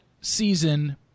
season